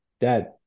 dad